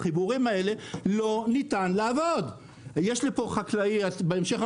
חיבור של גז טבעי כולל את כל המרכיבים שמופיעים על המסך.